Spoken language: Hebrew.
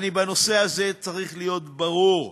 בנושא הזה צריך להיות ברור: